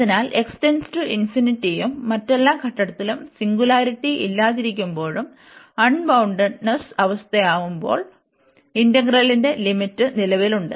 അതിനാൽ x →∞ ഉം മറ്റെല്ലാ ഘട്ടത്തിലും സിംഗുലാരിറ്റി ഇല്ലാതിരിക്കുമ്പോഴും അൺബൌൺഡ്ട്നെസ്സ് അവസ്ഥയുണ്ടാകുമ്പോൾ ഇന്റഗ്രലിന്റെ ലിമിറ്റ് നിലവിലുണ്ട്